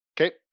Okay